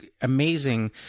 amazing